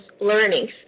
learnings